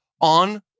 on